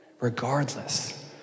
Regardless